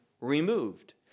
removed